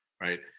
right